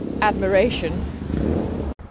admiration